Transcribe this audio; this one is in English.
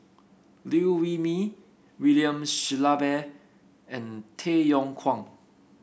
Liew Wee Mee William Shellabear and Tay Yong Kwang